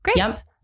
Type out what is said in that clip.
Great